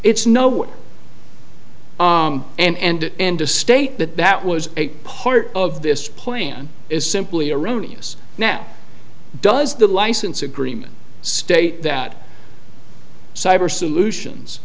it's no and and to state that that was a part of this plan is simply erroneous now does the license agreement state that cyber solutions